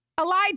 Elijah